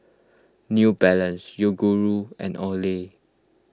New Balance Yoguru and Olay